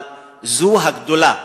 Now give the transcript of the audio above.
אבל זו הגדולה.